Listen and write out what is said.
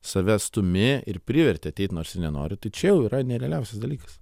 save stūmi ir priverti ateit nors ir nenori tačiau jau yra nerealiausias dalykas